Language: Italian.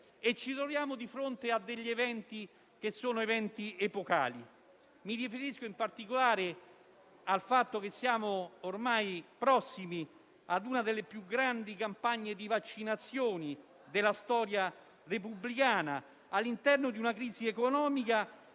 e ci troviamo di fronte a degli eventi che sono epocali. Mi riferisco in particolare al fatto che siamo ormai prossimi ad una delle più grandi campagne di vaccinazione della storia repubblicana, all'interno probabilmente